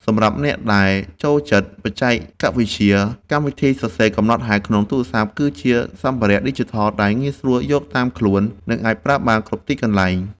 សម្រាប់អ្នកដែលចូលចិត្តបច្ចេកវិទ្យា កម្មវិធីសរសេរកំណត់ហេតុក្នុងទូរស័ព្ទ គឺជាសម្ភារៈឌីជីថលដែលងាយស្រួលយកតាមខ្លួន និងអាចប្រើបានគ្រប់កន្លែង។